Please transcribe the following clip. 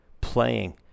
playing